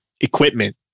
equipment